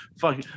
fuck